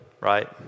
right